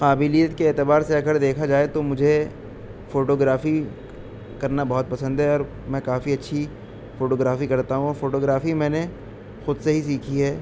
قابلیت کے اعتبار سے اگر دیکھا جائے تو مجھے فوٹوگرافی کرنا بہت پسند ہے اور میں کافی اچھی فوٹوگرافی کرتا ہوں فوٹوگرافی میں نے خود سے ہی سیکھی ہے